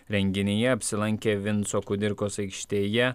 renginyje apsilankė vinco kudirkos aikštėje